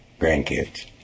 grandkids